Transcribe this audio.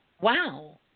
Wow